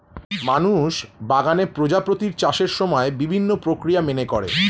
মানুষ বাগানে প্রজাপতির চাষের সময় বিভিন্ন প্রক্রিয়া মেনে করে